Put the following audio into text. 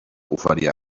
oferia